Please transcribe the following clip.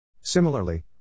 Similarly